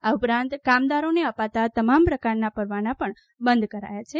આ ઉપરાંત કામદારોને અપાતા તમામ પ્રકારના પરવાન પણ બંધ કરાયા છે